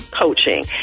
coaching